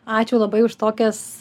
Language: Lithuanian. ačiū labai už tokias